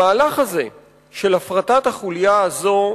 המהלך הזה של הפרטת החוליה הזו,